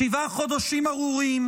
שבעה חודשים ארורים,